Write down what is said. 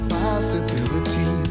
possibility